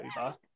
over